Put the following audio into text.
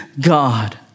God